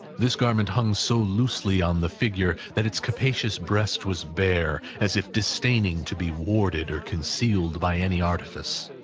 this garment hung so loosely on the figure, that its capacious breast was bare, as if disdaining to be warded or concealed by any artifice.